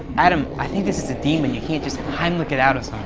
adam, i think this is a demon. you can't just heimlich it out of